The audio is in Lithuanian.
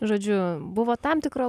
žodžiu buvo tam tikra